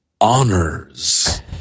honors